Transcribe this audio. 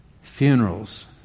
funerals